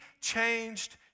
changed